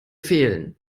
fehlen